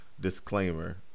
disclaimer